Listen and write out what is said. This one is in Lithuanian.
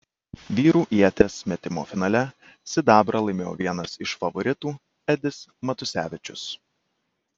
vyrų ieties metimo finale sidabrą laimėjo vienas iš favoritų edis matusevičius